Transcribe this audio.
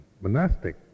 monastic